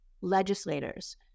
legislators